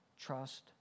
Trust